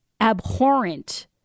abhorrent